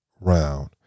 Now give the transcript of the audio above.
round